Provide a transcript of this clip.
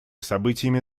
событиями